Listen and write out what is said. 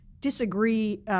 disagree